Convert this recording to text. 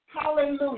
Hallelujah